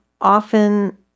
often